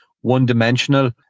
one-dimensional